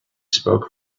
spoke